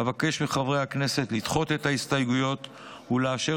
אבקש מחברי הכנסת לדחות את ההסתייגויות ולאשר